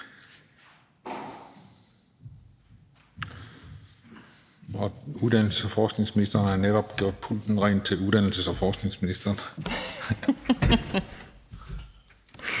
Og uddannelses- og forskningsministeren har netop gjort pulten ren efter uddannelses- og forskningsministeren